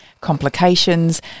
complications